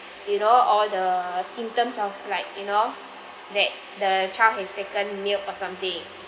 you know all the symptoms of like you know that the child has taken milk or something